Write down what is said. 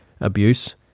abuse